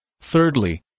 Thirdly